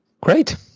Great